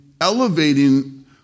elevating